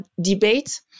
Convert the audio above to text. debate